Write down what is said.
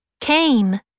came